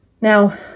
Now